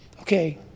okay